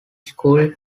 school